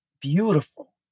beautiful